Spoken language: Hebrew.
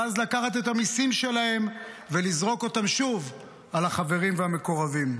ואז לקחת את המיסים שלהם ולזרוק אותם שוב על החברים והמקורבים.